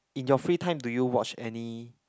in your free time do you watch any